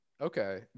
okay